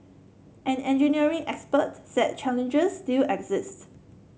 an engineering expert said challenges still exist